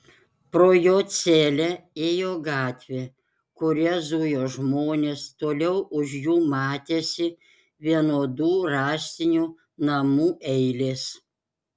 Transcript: pro jo celę ėjo gatvė kuria zujo žmonės toliau už jų matėsi vienodų rąstinių namų eilės